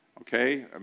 Okay